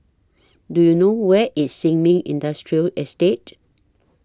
Do YOU know Where IS Sin Ming Industrial Estate